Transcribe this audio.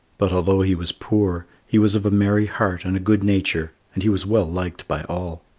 but although he was poor, he was of a merry heart and a good nature, and he was well liked by all.